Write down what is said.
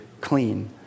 clean